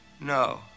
no